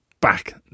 back